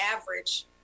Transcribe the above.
average